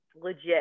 legit